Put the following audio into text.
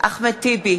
אחמד טיבי,